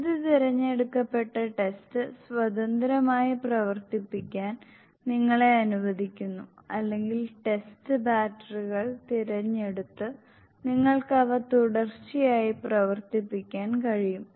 ഇത് തിരഞ്ഞെടുക്കപ്പെട്ട ടെസ്റ്റ് സ്വതന്ത്രമായി പ്രവർത്തിപ്പിക്കാൻ നിങ്ങളെ അനുവദിക്കുന്നു അല്ലെങ്കിൽ ടെസ്റ്റ് ബാറ്ററികൾ തിരഞ്ഞെടുത്ത് നിങ്ങൾക്ക് അവ തുടർച്ചയായി പ്രവർത്തിപ്പിക്കാൻ കഴിയും